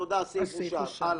הצבעה בעד,